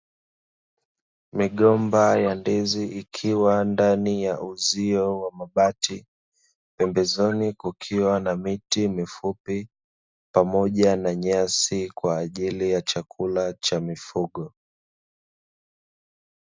Migomba ya ndizi ikiwa ndani ya uzio wa mabati. Pembezoni kukiwa na miti mifupi pamoja na nyasi kwa ajili ya chakula cha mifugo.